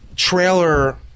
Trailer